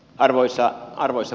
arvoisa puhemies